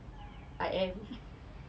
I am